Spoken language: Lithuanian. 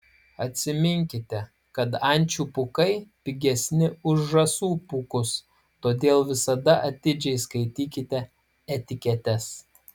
atsiminkite kad ančių pūkai pigesni už žąsų pūkus todėl visada atidžiai skaitykite etiketes